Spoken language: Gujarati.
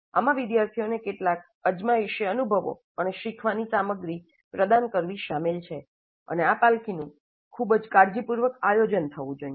આમાં વિદ્યાર્થીઓને કેટલાક અજમાયશી અનુભવો અને શીખવાની સામગ્રી પ્રદાન કરવી શામેલ છે અને આ પાલખાનું ફરીથી ખૂબ જ કાળજીપૂર્વક આયોજન કરવું જોઈએ